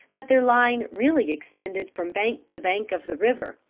that their line really extended from bank to bank of the river,